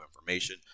information